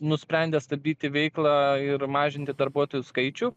nusprendė stabdyti veiklą ir mažinti darbuotojų skaičių